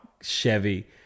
Chevy